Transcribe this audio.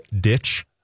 ditch